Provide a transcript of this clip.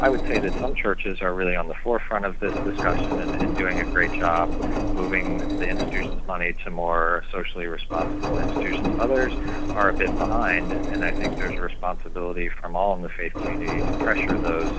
i would say that some churches are really on the forefront of this discussion and and doing a great job moving the institution's money to more socially responsible institutions. others are a bit behind, and i think there's a responsibility from all in the faith community to pressure those